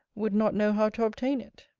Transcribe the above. would not know how to obtain it.